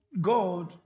God